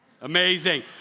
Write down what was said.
Amazing